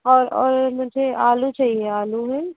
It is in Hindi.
और और मुझे आलू चाहिए आलू हैं